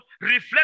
reflect